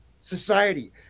society